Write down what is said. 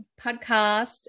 podcast